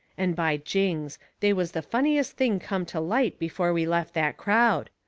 and by jings they was the funniest thing come to light before we left that crowd.